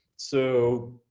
so